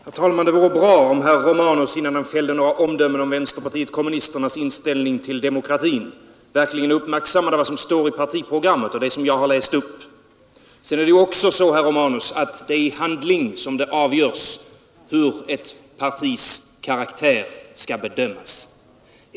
Herr talman! Det vore bra om herr Romanus, innan han fäller några omdömen om vänsterpartiet kommunisternas inställning till demokratin, verkligen uppmärksammade vad som står i partiprogrammet och det som jag har läst upp. Det är i handling, herr Romanus, som det avgörs hur ett partis karaktär skall bedömas.